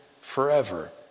forever